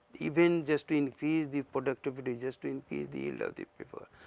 even just to increase the productivity just to increase the yield of the paper.